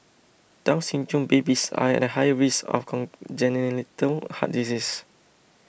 Down Syndrome babies are at higher risk of congenital heart disease